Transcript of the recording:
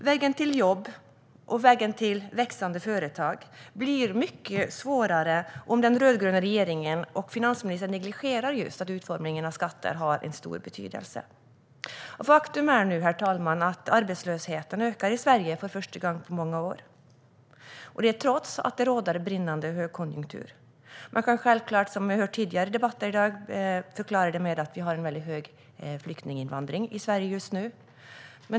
Vägen till jobb och växande företag blir mycket svårare om den rödgröna regeringen och finansministern negligerar att utformningen av skatter har en stor betydelse. Herr talman! Faktum är att arbetslösheten nu ökar i Sverige för första gången på många år, trots att det råder brinnande högkonjunktur. Man kan självklart, som vi hört tidigare i debatter i dag, förklara det med att vi har en väldigt stor flyktinginvandring till Sverige.